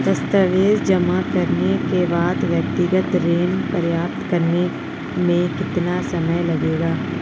दस्तावेज़ जमा करने के बाद व्यक्तिगत ऋण प्राप्त करने में कितना समय लगेगा?